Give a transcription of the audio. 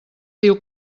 diu